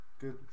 Good